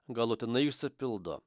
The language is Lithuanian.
galutinai išsipildo